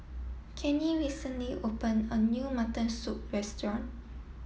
Cannie recently open a new mutton soup restaurant